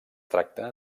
tracta